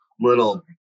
little